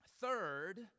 Third